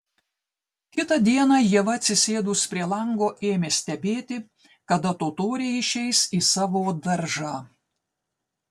kitą dieną ieva atsisėdus prie lango ėmė stebėti kada totoriai išeis į savo daržą